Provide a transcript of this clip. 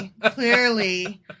clearly